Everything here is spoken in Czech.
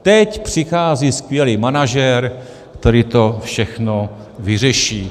Teď přichází skvělý manažer, který to všechno vyřeší.